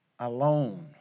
Alone